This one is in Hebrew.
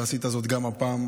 ועשית זאת גם הפעם.